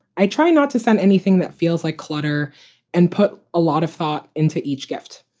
i try not to send anything that feels like clutter and put a lot of thought into each gift.